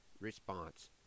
Response